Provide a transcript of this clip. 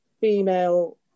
female